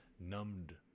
numbed